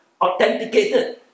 authenticated